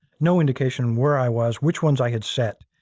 no indication where i was, which ones i had set.